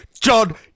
John